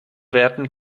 werden